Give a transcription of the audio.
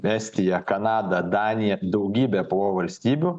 estija kanada danija daugybė po valstybių